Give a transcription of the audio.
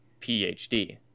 phd